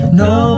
no